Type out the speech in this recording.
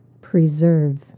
Preserve